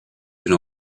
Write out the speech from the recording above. elle